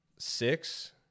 six